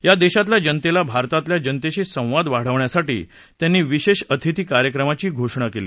या देशातल्या जनतेचा भारतातल्या जनतेशी संवाद वाढवण्यासाठी त्यांनी विशेष अतिथी कार्यक्रमाची घोषणा केली